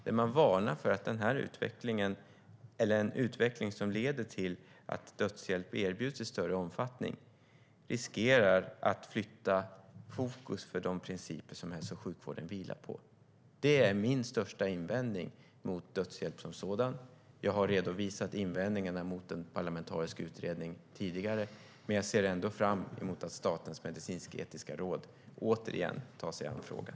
Där varnar man för att en utveckling som leder till att dödshjälp erbjuds i större omfattning riskerar att flytta fokus från de principer som hälso och sjukvården vilar på. Det är min största invändning mot dödshjälp som sådan. Jag har tidigare redovisat invändningarna mot en parlamentarisk utredning, men jag ser ändå fram emot att Statens medicinsk-etiska råd återigen tar sig an frågan.